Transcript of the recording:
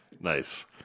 Nice